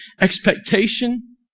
expectation